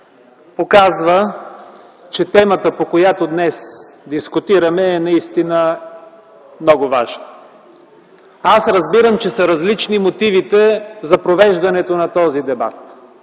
показва, че темата, по която днес дискутираме, е наистина много важна. Разбирам, че мотивите за провеждането на този дебат